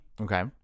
okay